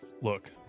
Look